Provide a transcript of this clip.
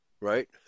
right